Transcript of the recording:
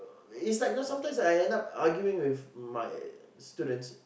it's like you know sometimes I end up arguing with my students